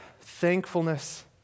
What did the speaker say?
thankfulness